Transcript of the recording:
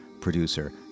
producer